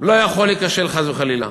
לא יכול להיכשל, חס וחלילה.